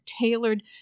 tailored